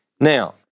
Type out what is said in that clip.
Now